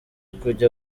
kujya